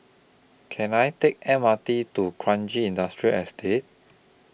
Can I Take M R T to Kranji Industrial Estate